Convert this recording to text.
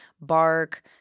bark